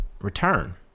return